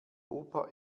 opa